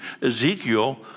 Ezekiel